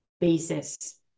basis